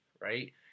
right